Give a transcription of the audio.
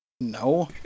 No